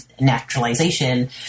naturalization